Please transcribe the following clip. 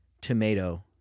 tomato